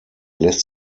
lässt